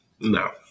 No